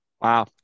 Wow